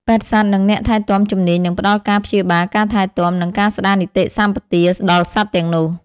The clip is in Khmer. ពេទ្យសត្វ និងអ្នកថែទាំជំនាញនឹងផ្តល់ការព្យាបាល ការថែទាំ និងការស្តារនីតិសម្បទាដល់សត្វទាំងនោះ។